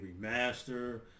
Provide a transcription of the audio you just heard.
remaster